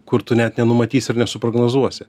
kur tu net nenumatysi ir nesuprognozuosi